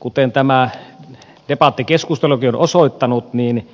kuten tämä debattikeskustelukin on osoittanut niin